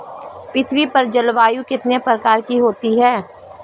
पृथ्वी पर जलवायु कितने प्रकार की होती है?